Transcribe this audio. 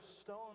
stone